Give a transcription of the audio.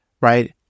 right